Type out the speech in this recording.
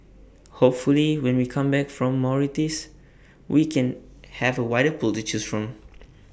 hopefully when we come back from Mauritius we can have A wider pool to choose from